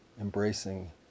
embracing